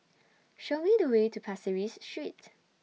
Show Me The Way to Pasir Ris Street